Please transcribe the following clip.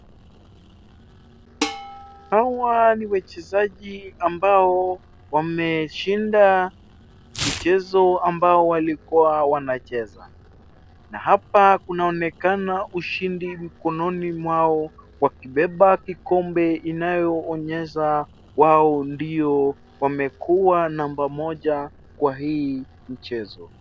Hawa ni wachezaji ambao wameshinda mchezo ambao walikua wanacheza . Na hapa kunaonekana ushindi mkononi mwao wakibeba kikombe inayoonyesha wao ndio wamekuwa namba moja kwa hii mchezo.